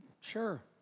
Sure